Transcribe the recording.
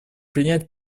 принять